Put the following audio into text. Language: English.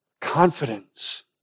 confidence